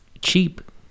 cheap